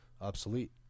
obsolete